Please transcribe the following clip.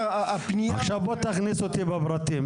תכניס אותי לפרטים.